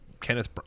Kenneth